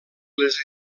les